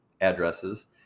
addresses